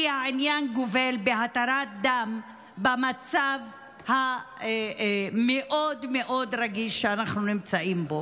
כי העניין גובל בהתרת דם במצב המאוד-מאוד רגיש שאנחנו נמצאים בו.